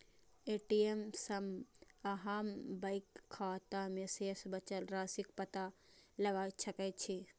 ATM सं अहां bank खाता मे शेष बचल राशिक पता लगा सकै छी